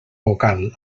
vocal